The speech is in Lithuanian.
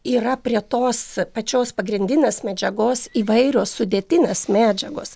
yra prie tos pačios pagrindinės medžiagos įvairios sudėtinės medžiagos